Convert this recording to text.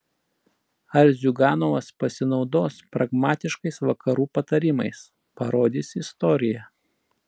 ar ziuganovas pasinaudos pragmatiškais vakarų patarimais parodys istorija